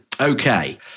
okay